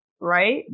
right